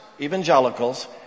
evangelicals